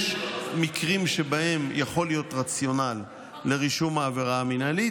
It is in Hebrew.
יש מקרים שבהם יכול להיות רציונל לרישום העבירה המינהלית,